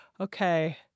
okay